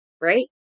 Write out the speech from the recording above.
right